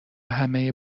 همه